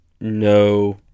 no